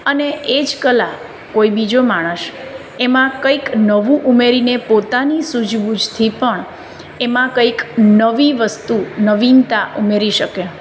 અને એજ કલા કોઈ બીજો માણસ એમાં કંઈક નવું ઉમેરીને પોતાની સૂઝબૂઝથી પણ એમાં કંઈક નવી વસ્તુ નવીનતા ઉમેરી શકે